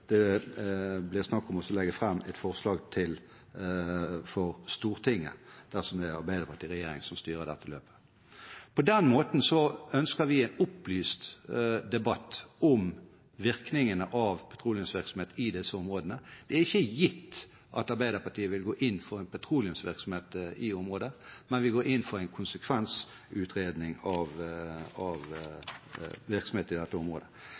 det blir, skal denne saken opp på landsmøtet i Arbeiderpartiet før det blir snakk om å legge fram et forslag for Stortinget. På den måten ønsker vi en opplyst debatt om virkningene av petroleumsvirksomhet i disse områdene. Det er ikke gitt at Arbeiderpartiet vil gå inn for petroleumsvirksomhet i området, men vi går inn for en konsekvensutredning av virksomhet i dette området.